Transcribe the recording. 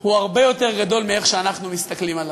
הוא הרבה יותר גדול מאיך שאנחנו מסתכלים עליו.